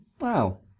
Wow